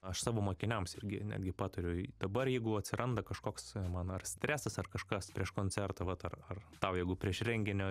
aš savo mokiniams irgi netgi patariau dabar jeigu atsiranda kažkoks man ar stresas ar kažkas prieš koncertą vat ar ar tau jeigu prieš renginio